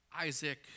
Isaac